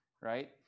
right